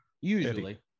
Usually